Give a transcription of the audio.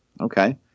Okay